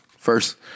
First